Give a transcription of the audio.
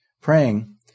praying